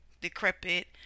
decrepit